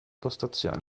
postazione